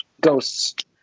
Ghosts